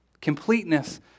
completeness